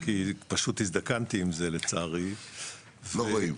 כי פשוט הזדקנתי עם זה לצערי- - לא רואים.